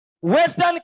Western